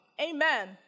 Amen